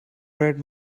read